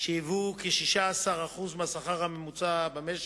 שהיוו כ-16% מהשכר הממוצע במשק.